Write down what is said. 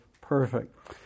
perfect